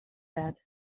said